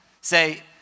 say